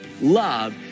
Love